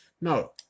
No